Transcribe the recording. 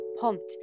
pumped